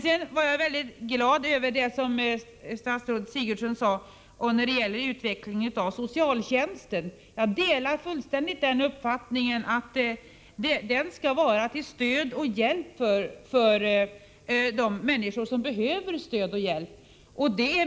Sedan blev jag mycket glad över det som statsrådet Sigurdsen sade om utvecklingen av socialtjänsten. Jag delar fullständigt uppfattningen att socialtjänsten skall vara till stöd och hjälp för de människor som behöver stöd och hjälp.